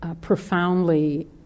profoundly